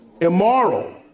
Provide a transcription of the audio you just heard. immoral